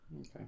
Okay